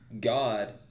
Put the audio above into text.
God